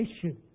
issue